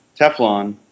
Teflon